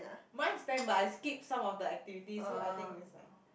mine is ten but I skip some of the activity so I think is like